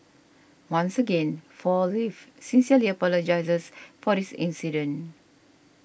once again Four Leaves sincerely apologises for this incident